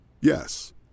Yes